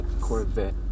Corvette